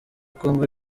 congo